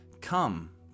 Come